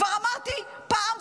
כבר אמרתי פעם,